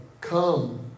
come